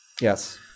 Yes